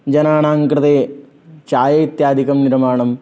जनानाङ्कृते चायम् इत्यादिकं निर्माणं